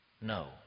no